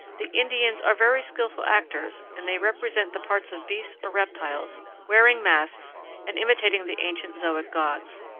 the indians are very skillful actors, and they represent the parts of beasts or reptiles, wearing masks and imitating the ancient zoic gods.